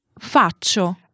faccio